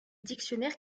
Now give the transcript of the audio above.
dictionnaires